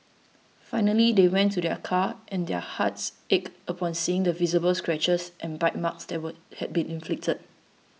finally they went to their car and their hearts ached upon seeing the visible scratches and bite marks that were had been inflicted